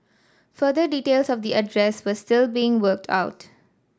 further details of the address were still being worked out